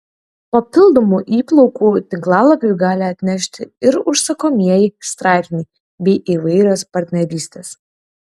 papildomų įplaukų tinklalapiui gali atnešti ir užsakomieji straipsniai bei įvairios partnerystės